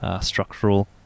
structural